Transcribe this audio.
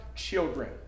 children